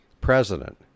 president